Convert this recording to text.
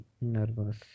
nervous